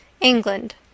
England